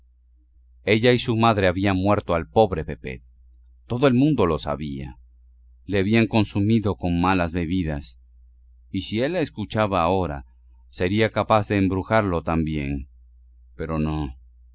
ella y su madre habían muerto al pobre pepet todo el mundo lo sabía le habían consumido con malas bebidas y si él la escuchaba ahora sería capaz de embrujarlo también pero no